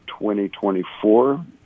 2024